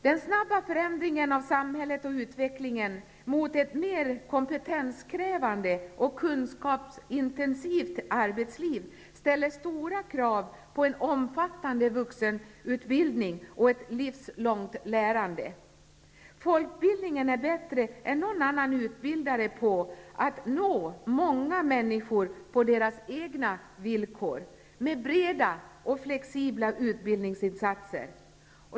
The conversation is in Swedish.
Den snabba förändringen av samhället och utvecklingen mot ett mer kompetenskrävande och kunskapsintensivt arbetsliv ställer stora krav på en omfattande vuxenutbildning och ett livslångt lärande. Folkbildningen är bättre än någon annan utbildare när det gäller att nå många människor på deras egna villkor, med breda och flexibla utbildningsinsatser.